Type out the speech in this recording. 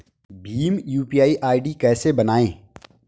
Bhim UPI ID कैसे बनाएं?